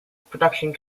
production